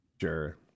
Sure